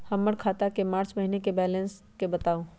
हमर खाता के मार्च महीने के बैलेंस के बताऊ?